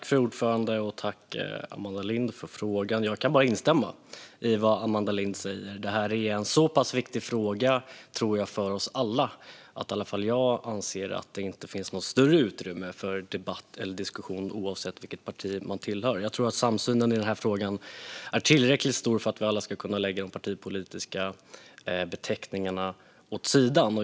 Fru talman! Tack, Amanda Lind, för frågorna! Jag kan bara instämma i vad Amanda Lind säger. Jag tror att detta är en viktig fråga för oss alla, och åtminstone jag själv anser att det inte finns något större utrymme för debatt eller diskussion oavsett vilket parti man tillhör. Jag tror att samsynen i den här frågan är tillräckligt stor för att vi alla ska kunna lägga partibeteckningarna åt sidan.